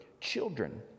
children